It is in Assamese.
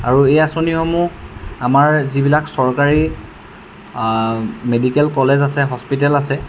আৰু এই আঁচনিসমূহ আমাৰ যিবিলাক চৰকাৰী মেডিকেল কলেজ আছে হস্পিটেল আছে